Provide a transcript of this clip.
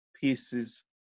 pieces